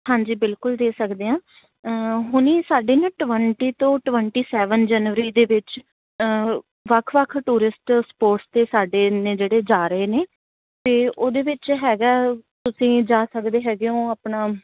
ਹਾਂਜੀ ਬਿਲਕੁਲ ਦੇ ਸਕਦੇ ਹਾਂ ਹੁਣੀ ਸਾਡੇ ਨਾ ਟਵੈਂਟੀ ਤੋਂ ਟਵੈਂਟੀ ਸੈਵਨ ਜਨਵਰੀ ਦੇ ਵਿੱਚ ਵੱਖ ਵੱਖ ਟੂਰਿਸਟ ਸਪੋਟਸ 'ਤੇ ਸਾਡੇ ਨੇ ਜਿਹੜੇ ਜਾ ਰਹੇ ਨੇ ਅਤੇ ਉਹਦੇ ਵਿੱਚ ਹੈਗਾ ਤੁਸੀਂ ਜਾ ਸਕਦੇ ਹੈਗੇ ਹੋ ਆਪਣਾ